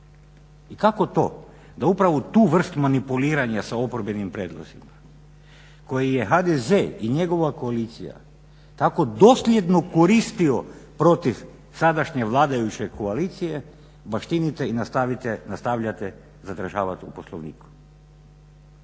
I kako to da upravo tu vrstu manipuliranja sa oporbenim prijedlozima koji je HDZ i njegova koalicija tako dosljedno koristio protiv sadašnje vladajuće koalicije baštinite i nastavljate zadržavat u Poslovniku.